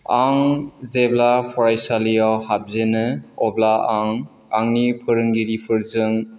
आं जेब्ला फरायसालियाव हाबजेनो अब्ला आं आंनि फोरोंगिरिफोरजों